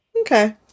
Okay